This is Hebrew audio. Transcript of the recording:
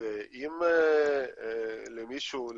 ואם למישהו,